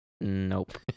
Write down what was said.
Nope